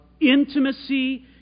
intimacy